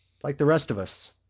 like the rest of us.